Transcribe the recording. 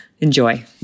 enjoy